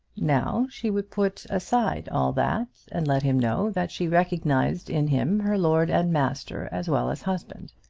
now she would put aside all that, and let him know that she recognised in him her lord and master as well as husband.